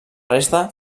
resta